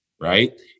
Right